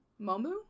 Momu